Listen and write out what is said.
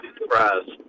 surprised